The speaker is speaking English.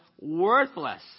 worthless